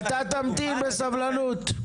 אתה תמתין בסבלנות.